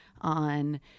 on